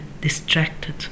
distracted